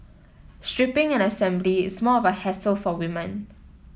stripping and assembly is more of a hassle for women